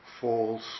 false